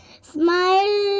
Smile